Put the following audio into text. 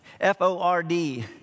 F-O-R-D